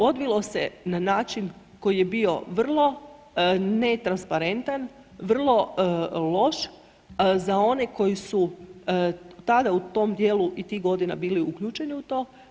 Odvilo se na način koji je bio vrlo netransparentan, vrlo loš za one koji su tada u tom dijelu i tih godina bili uključeni u to.